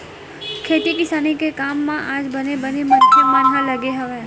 खेती किसानी के काम म आज बने बने मनखे मन ह लगे हवय